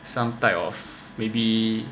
some type of maybe